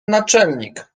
naczelnik